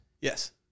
Yes